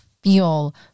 feel